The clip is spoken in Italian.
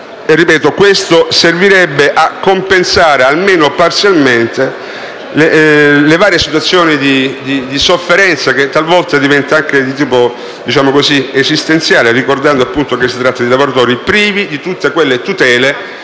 questo servirebbe a compensare almeno parzialmente varie situazioni di sofferenza, che talvolta diventa anche di tipo esistenziale, ricordando che si tratta di lavoratori privi di tutte le tutele